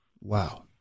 Wow